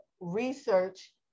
research